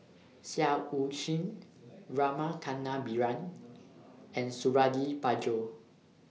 Seah EU Chin Rama Kannabiran and Suradi Parjo